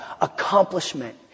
accomplishment